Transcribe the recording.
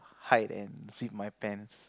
hide and zip my pants